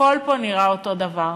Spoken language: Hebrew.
הכול פה נראה אותו דבר.